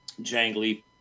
jangly